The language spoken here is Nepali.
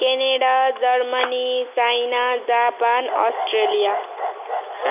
Canada Germany China Japan Australia